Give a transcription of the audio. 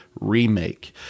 remake